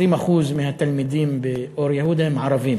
20% מהתלמידים באור-יהודה הם ערבים